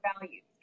values